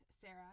sarah